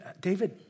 David